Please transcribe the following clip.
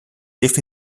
braucht